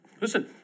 Listen